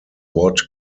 watt